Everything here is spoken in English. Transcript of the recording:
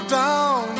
down